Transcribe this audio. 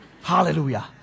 Hallelujah